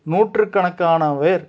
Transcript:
நூற்றுக்கணக்கான பேர்